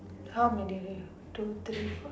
how many left two three four